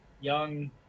young